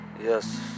Yes